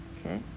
Okay